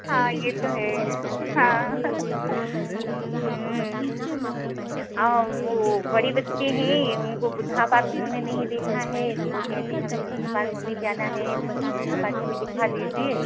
हाँ यह तो है हाँ और वह बड़े बच्चे हें उनको बुद्धा पार्क उन्होंने नहीं देखा है तो वह कहते हैं हमें बुद्धा पार्क मम्मी जाना है बुद्धा पार्क हमें दिखा दीजिए